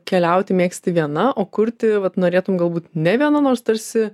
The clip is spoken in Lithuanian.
keliauti mėgsti viena o kurti vat norėtum galbūt ne viena nors tarsi